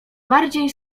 bardziej